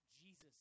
Jesus